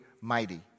Mighty